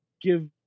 give